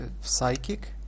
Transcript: Psychic